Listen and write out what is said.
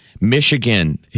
Michigan